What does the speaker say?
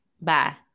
bye